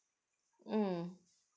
mm